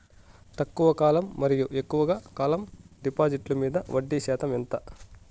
తక్కువ కాలం మరియు ఎక్కువగా కాలం డిపాజిట్లు మీద వడ్డీ శాతం ఎంత?